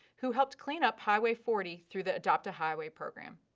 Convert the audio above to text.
who helped clean up highway forty through the adopt-a-highway program.